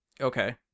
Okay